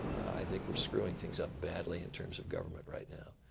i think we're screwing things up badly in terms of government right now.